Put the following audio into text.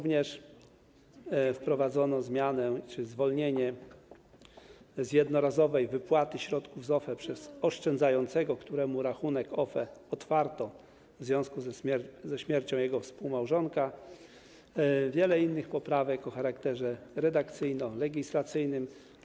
Wprowadzono również zwolnienie z jednorazowej wypłaty środków z OFE przez oszczędzającego, któremu rachunek OFE otwarto w związku ze śmiercią jego współmałżonka, i wiele innych poprawek o charakterze redakcyjno-legislacyjnym.